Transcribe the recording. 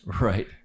Right